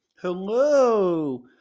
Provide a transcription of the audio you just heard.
Hello